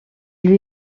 lui